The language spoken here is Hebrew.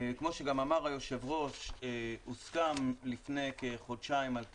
כמו שגם אמר היו"ר, הוסכם לפני כחודשיים על תקציב,